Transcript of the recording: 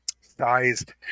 sized